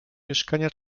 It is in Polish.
mieszkania